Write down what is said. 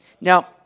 Now